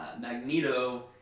Magneto